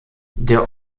der